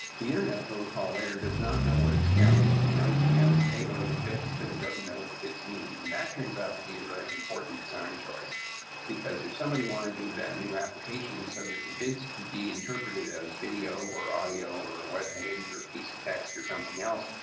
the internet protocol layer does not know what it's carrying. it knows it has a payload of bits, but it doesn't know what the bits mean. and that turns out to be a very important design choice because if somebody wanted to invent a new application so that the bids could be interpreted as video, or audio, or a web page, or piece of text, or something else,